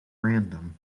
random